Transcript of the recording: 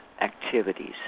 activities